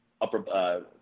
upper